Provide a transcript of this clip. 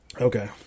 Okay